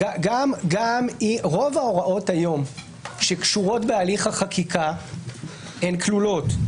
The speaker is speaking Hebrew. רוב ההוראות היום שקשורות בהליך החקיקה כלולות.